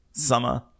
Summer